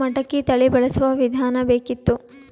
ಮಟಕಿ ತಳಿ ಬಳಸುವ ವಿಧಾನ ಬೇಕಿತ್ತು?